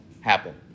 happen